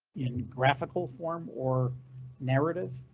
in graphical form or narrative?